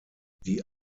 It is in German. die